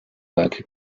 werke